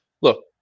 look